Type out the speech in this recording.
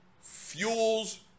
fuels